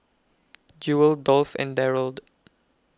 Jewel Dolph and Darold